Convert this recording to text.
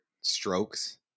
strokes